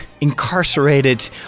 incarcerated